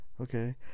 Okay